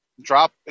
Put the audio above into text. drop